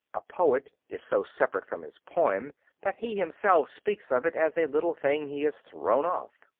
a poet is so separate from his poem that he himself speaks of it as a little thing he has thrown off.